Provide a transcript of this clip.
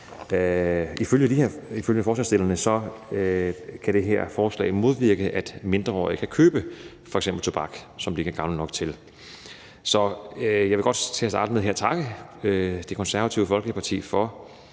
Ifølge forslagsstillerne kan det her forslag modvirke, at mindreårige kan købe f.eks. tobak, som de ikke er gamle nok til. Så jeg vil godt her til at starte med takke Det Konservative Folkeparti for